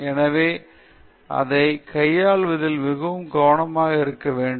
எனவே அதை கையாள்வதில் மிகவும் கவனமாக இருக்க வேண்டும்